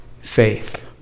faith